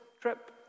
trip